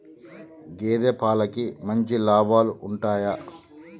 గేదే పాలకి మంచి లాభాలు ఉంటయా?